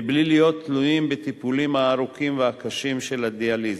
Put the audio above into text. מבלי להיות תלויים בטיפולים הארוכים והקשים של הדיאליזה.